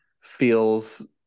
feels